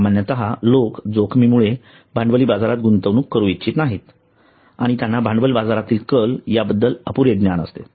सामान्यतः लोक जोखमीमुळे भांडवली बाजारात गुंतवणूक करू इच्छित नाहीत आणि त्यांना भांडवल बाजारातील कल या बद्दल अपुरे ज्ञान असते